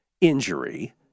injury